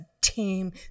team